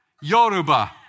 Yoruba